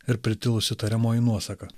ir pritilusi tariamoji nuosaka